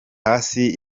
hasi